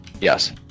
Yes